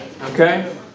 Okay